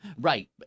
Right